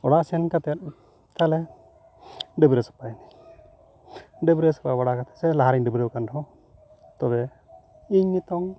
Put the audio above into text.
ᱚᱲᱟ ᱥᱮᱱ ᱠᱟᱛᱮ ᱛᱟᱦᱚᱞᱮ ᱰᱟᱹᱵᱨᱟ ᱥᱟᱯᱷᱟᱭᱮᱱᱟᱹᱧ ᱰᱟᱹᱵᱨᱟ ᱥᱟᱯᱷᱟ ᱵᱟᱨᱟ ᱠᱟᱛᱮ ᱥᱮ ᱞᱟᱦᱟ ᱨᱮᱧ ᱰᱟᱹᱵᱨᱟ ᱟᱠᱟᱱ ᱨᱮᱦᱚ ᱛᱚᱵᱮ ᱤᱧ ᱱᱤᱛᱚᱝ